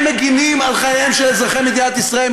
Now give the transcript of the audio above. הם מגינים על חייהם של אזרחי מדינת ישראל.